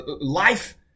life